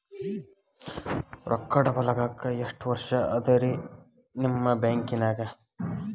ರೊಕ್ಕ ಡಬಲ್ ಆಗಾಕ ಎಷ್ಟ ವರ್ಷಾ ಅದ ರಿ ನಿಮ್ಮ ಬ್ಯಾಂಕಿನ್ಯಾಗ?